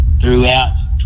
throughout